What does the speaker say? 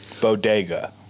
Bodega